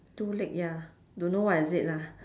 two leg ya don't know what is it lah